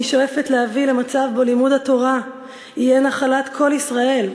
אני שואפת להביא למצב שבו לימוד התורה יהיה נחלת כל ישראל,